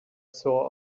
sore